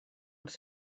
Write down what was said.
els